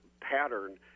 pattern